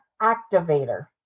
activator